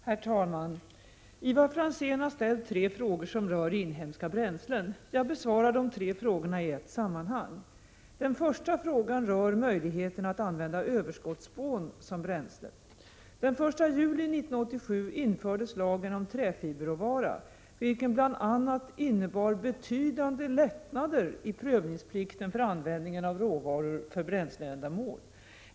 Herr talman! Ivar Franzén har ställt tre frågor som rör inhemska bränslen. Jag besvarar de tre frågorna i ett sammanhang. Den första frågan rör möjligheterna att använda överskottsspån som bränsle. Den 1 juli 1987 infördes lagen om träfiberråvara vilken bl.a. innebar betydande lättnader i prövningsplikten för användningen av råvaror för bränsleändamål.